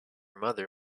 mother